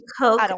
coke